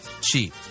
cheap